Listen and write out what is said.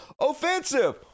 offensive